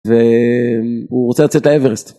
והוא רוצה לצאת לאברסט